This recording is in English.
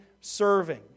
serving